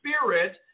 Spirit